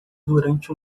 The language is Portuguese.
durante